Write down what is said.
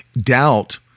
Doubt